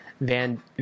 van